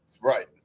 right